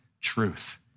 truth